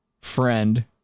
friend